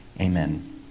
Amen